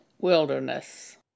wilderness